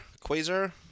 Quasar